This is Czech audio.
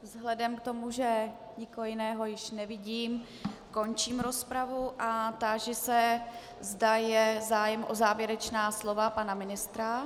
Vzhledem k tomu, že nikoho jiného již nevidím, končím rozpravu a táži se, zda je zájem o závěrečná slova pana ministra.